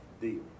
deal